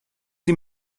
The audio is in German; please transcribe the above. sie